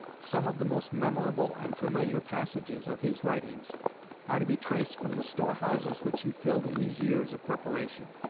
some of the most memorable and familiar passages of his writings are to be traced from the storehouses which he filled in these years of preparation.